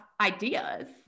ideas